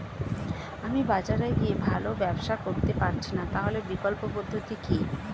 আমি বাজারে গিয়ে ভালো ব্যবসা করতে পারছি না তাহলে বিকল্প পদ্ধতি কি?